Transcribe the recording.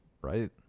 right